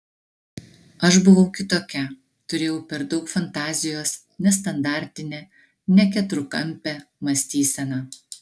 aš buvau kitokia turėjau per daug fantazijos nestandartinę ne keturkampę mąstyseną